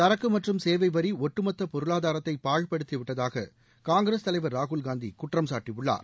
சரக்கு மற்றும் சேவை வரி ஒட்டுமொத்த பொருளாதாரத்தை பாழ்படுத்திவிட்டதாக காங்கிரஸ் தலைவர் ராகுல் காந்தி குற்றம் சாட்டியுள்ளார்